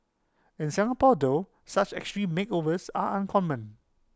in Singapore though such extreme makeovers are uncommon